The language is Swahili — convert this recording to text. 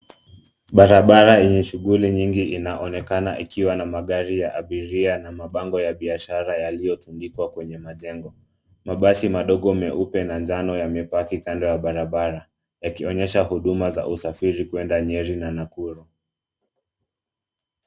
Barabara yenye shughuli nyingi inaonekana ikiwa na magari ya abiria na mabango ya biashara yaliyotundikwa kwenye majengo. Mabasi madogo meupe na njano yamepaki kando ya barabara yakionyesha huduma za usafiri kuenda Nyeri na Nakuru.